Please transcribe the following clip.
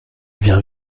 vient